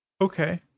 Okay